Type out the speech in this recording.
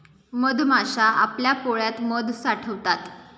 मधमाश्या आपल्या पोळ्यात मध साठवतात